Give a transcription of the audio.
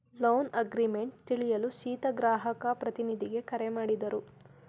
loan agreement ತಿಳಿಯಲು ಸೀತಾ ಗ್ರಾಹಕ ಪ್ರತಿನಿಧಿಗೆ ಕರೆ ಮಾಡಿದರು